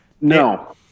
No